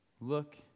look